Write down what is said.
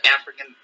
African